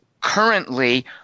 currently